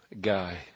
guy